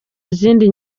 izindi